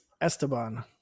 Esteban